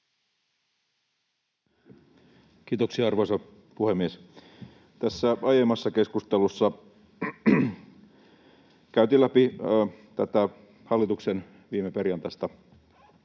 Kiitoksia, arvoisa puhemies! Tässä aiemmassa keskustelussa käytiin läpi tätä hallituksen viimeperjantaista